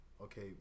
okay